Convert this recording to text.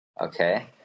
Okay